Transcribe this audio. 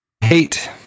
hate